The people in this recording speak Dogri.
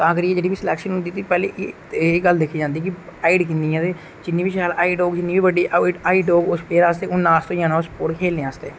तां करिये जेहड़ी बी स्लेक्शन होंदी ते पैहली ते एह् गल्ल गै दिक्खी जंदी के हाइट किन्नी है जिन्नी बी शैल हाइट होग जिन्नी बी बड़ी हाइट होग उस प्लेयर आस्तै उन्ना स्हेई होना ओह् स्पोर्ट खेलने आस्तै